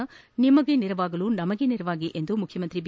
ನಿಮಗೆ ನೆರವಾಗಲು ನಮಗೆ ನೆರವಾಗಿ ಎಂದು ಮುಖ್ಯಮಂತ್ರಿ ಬಿ